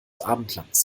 abendlandes